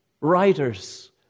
writers